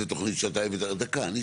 אם זו תוכנית שאתה הבאת.